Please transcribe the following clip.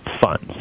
funds